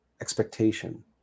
expectation